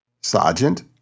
Sergeant